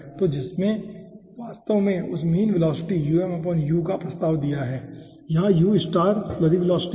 तो जिसने वास्तव में उस मीन वेलोसिटी का प्रस्ताव दिया है जहां u स्लरी वेलोसिटी है